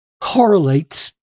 correlates